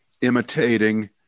imitating